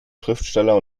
schriftsteller